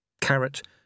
Carrot